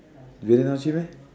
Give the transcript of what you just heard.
really not cheap meh